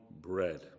bread